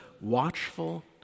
watchful